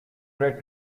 great